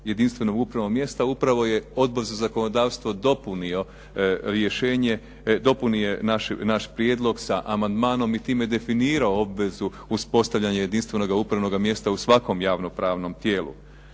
jedinstvenom upravom mjesta upravo je Odbor za zakonodavstvo dopunio rješenje, dopunio je naš prijedlog sa amandmanom i time definirao obvezu uspostavljanje jedinstvenoga mjesta u svakom javnopravnom tijelu.